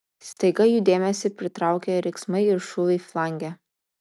staiga jų dėmesį pritraukė riksmai ir šūviai flange